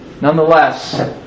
Nonetheless